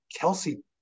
Kelsey